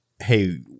hey